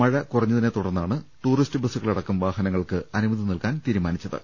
മഴ കുറഞ്ഞതിനെത്തുടർന്നാണ് tourist bus കളടക്കം വാഹനങ്ങൾക്ക് അനുമതി നൽകാൻ തീരുമാ നിച്ചത്